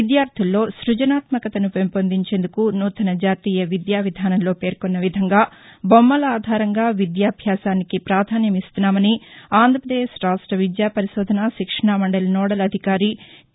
విద్యార్దల్లో సృజనాత్మకతను పెంపొందించేందుకు నూతన జాతీయ విద్యా విధానంలో పేర్కొన్న విధంగా బొమ్మల ఆధారంగా విద్యాభ్యాసానికి ప్రధాన్యమిస్తున్నామని ఆంధ్రాపదేశ్ రాష్ట విద్యా పరిశోధన శిక్షణా మండలి నోడల్ అధికారి టీ